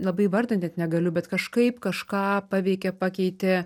labai įvardint net negaliu bet kažkaip kažką paveikė pakeitė